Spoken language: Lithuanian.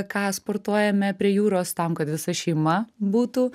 ką sportuojame prie jūros tam kad visa šeima būtų